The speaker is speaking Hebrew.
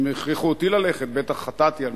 אם הכריחו אותי ללכת, בטח חטאתי במשהו.